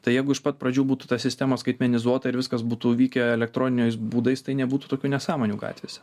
tai jeigu iš pat pradžių būtų ta sistema skaitmenizuota ir viskas būtų vykę elektroniniais būdais tai nebūtų tokių nesąmonių gatvėse